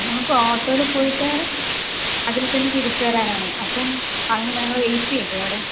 ആണോ നമുക്ക് ഓട്ടോയില് പോയിട്ട് അതില് തന്നെ തിരിച്ച് വരാനാണെ അപ്പം അങ്ങനെ നിങ്ങള് വെയിറ്റ് ചെയ്യില്ലേ അവിടെ